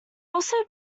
also